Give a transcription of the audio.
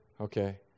Okay